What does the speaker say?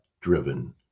driven